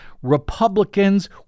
Republicans